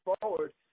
forward